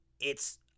It's